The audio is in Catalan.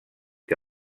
que